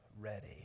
ready